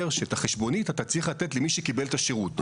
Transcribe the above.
שאת החשבונית אתה צריך לתת למי שקיבל את השירות.